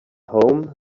home